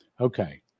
Okay